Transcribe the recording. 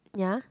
ya